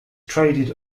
traded